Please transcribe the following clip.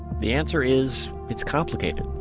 the answer is, it's complicated.